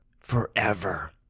Forever